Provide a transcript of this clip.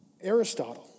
Aristotle